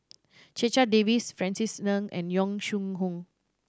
Checha Davies Francis Ng and Yong Shu Hoong